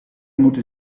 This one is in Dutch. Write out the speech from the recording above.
moeten